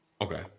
okay